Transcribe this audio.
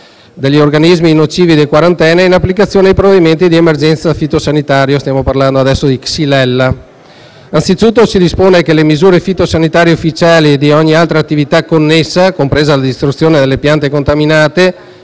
degli organismi nocivi da quarantena in applicazione di provvedimenti di emergenza fitosanitaria (stiamo parlando dunque della xylella). Anzitutto, si dispone che le misure fitosanitarie ufficiali e ogni altra attività connessa, compresa la distruzione delle piante contaminate,